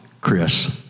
Chris